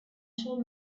shall